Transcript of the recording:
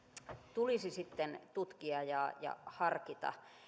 tulisi sitten tutkia ja ja harkita